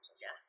Yes